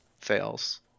fails